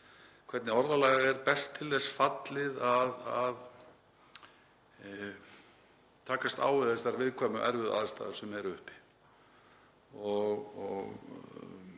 hvernig orðalag sé best til þess fallið að takast á við þessar viðkvæmu og erfiðu aðstæður sem eru uppi.